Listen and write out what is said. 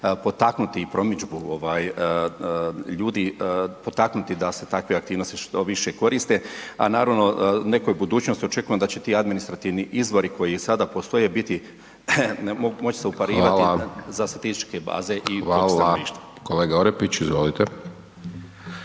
potaknuti i promidžbu ljudi, potaknuti da se takve aktivnosti što više koriste a naravno u nekoj budućnosti očekujem da će ti administrativni izvori koji sada postoje biti, moći se uparivati za statističke baze i popis stanovništva. **Hajdaš Dončić, Siniša